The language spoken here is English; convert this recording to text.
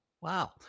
Wow